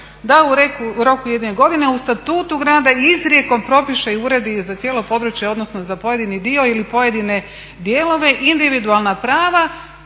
da u roku od 1 godine u Statutu grada izrijekom propiše i uredi za cijelo područje odnosno za pojedini dio ili pojedine dijelove individualna prava,